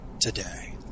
today